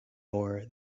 more